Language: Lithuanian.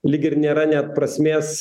lyg ir nėra net prasmės